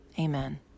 amen